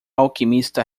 alquimista